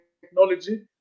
technology